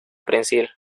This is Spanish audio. prensil